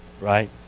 right